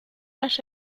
las